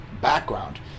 background